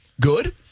good